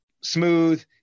smooth